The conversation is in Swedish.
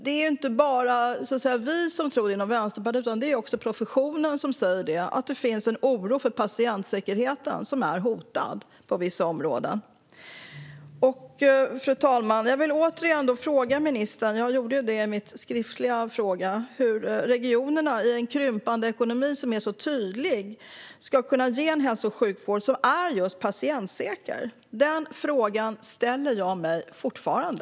Det är inte bara vi inom Vänsterpartiet som tror det, utan också professionen säger att det finns en oro för patientsäkerheten, som är hotad på vissa områden. Fru talman! Jag vill återigen fråga ministern, liksom jag gjorde i min skriftliga fråga: Hur ska regionerna i en ekonomi som krymper så tydligt kunna ge en hälso och sjukvård som är patientsäker? Denna fråga ställer jag mig fortfarande.